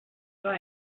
zwei